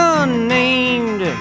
unnamed